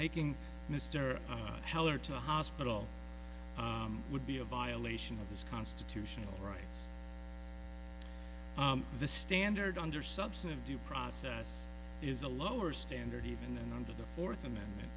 taking mr heller to the hospital would be a violation of his constitutional rights the standard under substantive due process is a lower standard even under the fourth amendment